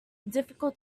difficult